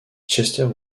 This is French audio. chester